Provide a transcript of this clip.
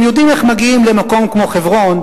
הם יודעים איך מגיעים למקום כמו חברון,